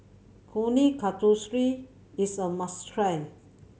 Kuih Kasturi is a must try